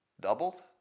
doubled